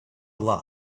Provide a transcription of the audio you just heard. lie